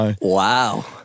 Wow